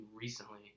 recently